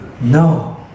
No